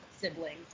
siblings